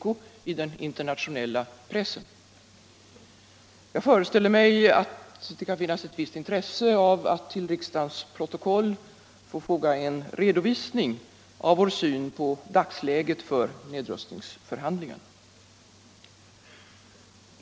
Jag debatt och valutapolitisk debatt föreställer mig att det kan finnas ett visst intresse av att till riksdagens protokoll få redovisa vår syn på dagsläget för nedrustningsförhandlingarna.